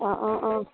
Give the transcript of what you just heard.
অঁ অঁ অঁ